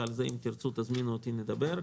ועל זה אם תרצו תזמינו אותי ונדבר,